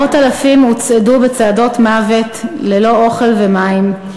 מאות אלפים הוצעדו בצעדות מוות ללא אוכל ומים,